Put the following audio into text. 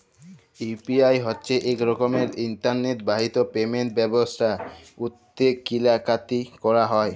UPI হছে ইক রকমের ইলটারলেট বাহিত পেমেল্ট ব্যবস্থা উটতে কিলা কাটি ক্যরা যায়